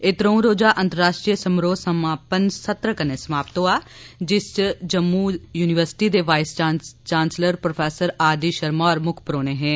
एह् त्रऊं रोजा अंतर्राश्ट्रीय समारोह् समापन्न सत्र कन्नै समाप्त होआ जेह्दे च जम्मू यूनीवर्सिटी दे vice chancellor prof R D Sharma होर मुक्ख परौह्ने हे